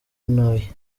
ntuye